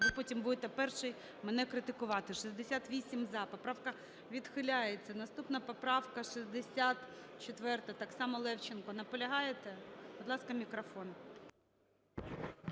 Ви потім будете перший мене критикувати. 16:49:42 За-68 Поправка відхиляється. Наступна поправка 64. Так само, Левченко. Наполягаєте? Будь ласка, мікрофон.